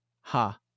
ha